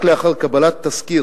רק לאחר קבלת תסקיר